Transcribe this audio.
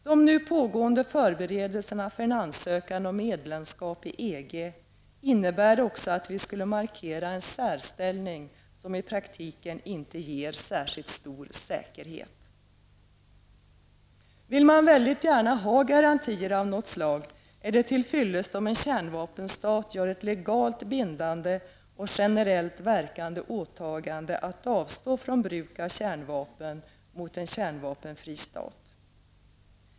De nu pågående förberedelserna för en ansökan om medlemskap i EG innebär också att vi skulle markera en särställning som i praktiken inte ger särskilt stor säkerhet. Vill man väldigt gärna ha garantier av något slag är det till fyllest om en kärnvapenstat gör ett legalt bindande och generellt verkande åtagande att avstå från bruk av kärnvapen mot en kärnvapenfri stat.